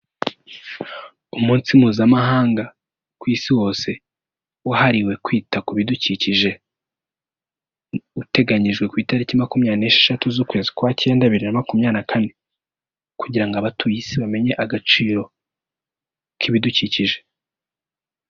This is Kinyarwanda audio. Umunsi Mpuzamahanga ku isi hose, wahariwe kwita ku bidukikije, uteganyijwe ku itariki makumyabiri n'esheshatu z'ukwezi kwa cyenda bibiri na makumyabiri na kane kugira ngo abatuye Isi bamenye agaciro k'ibidukikije.